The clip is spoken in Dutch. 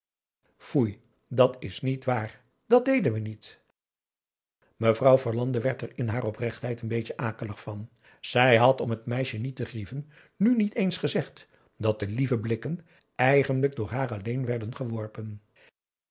foei dat is niet waar dat deden we niet mevrouw verlande werd er in haar oprechtheid een beetje akelig van zij had om het meisje niet te grieven nu niet eens gezegd dat de lieve blikken eigenlijk door haar alleen werden geworpen